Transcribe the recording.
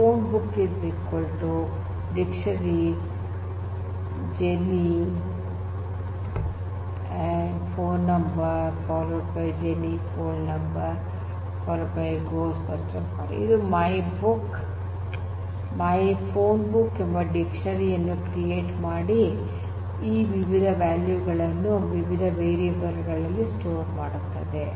myphonebook Dict "Jenny" "867 5309" "ghostbusters" "555 2368" ಇದು myphonebook ಎಂಬ dictionary ಅನ್ನು ಕ್ರಿಯೇಟ್ ಮಾಡಿ ಈ ವಿವಿಧ ವ್ಯಾಲ್ಯೂ ಗಳನ್ನೂ ವಿವಿಧ ವೇರಿಯೇಬಲ್ ಗಳಲ್ಲಿ ಸ್ಟೋರ್ ಮಾಡುತ್ತದೆ